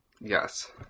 Yes